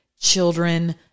children